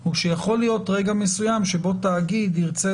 הוא שיכול להיות רגע מסוים שבו תאגיד ירצה